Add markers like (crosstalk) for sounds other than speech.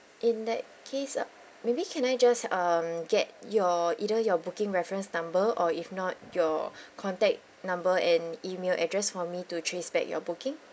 in that case uh maybe can I just um get your either your booking reference number or if not your (breath) contact number and email address for me to trace back your booking